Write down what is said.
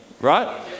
right